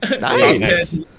nice